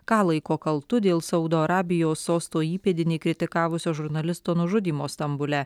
ką laiko kaltu dėl saudo arabijos sosto įpėdinį kritikavusio žurnalisto nužudymo stambule